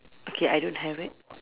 okay I don't have it